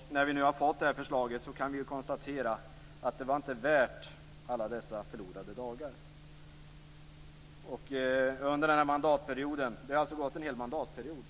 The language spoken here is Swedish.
Efter att ha fått det här förslaget kan vi konstatera att det inte är värt alla dessa förlorade dagar. Det har alltså, fru talman, gått en hel mandatperiod.